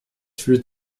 fühlt